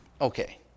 Okay